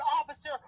officer